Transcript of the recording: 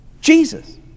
Jesus